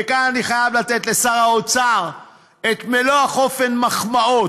וכאן אני חייב לתת לשר האוצר מלוא החופן מחמאות,